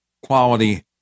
quality